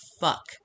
fuck